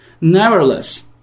nevertheless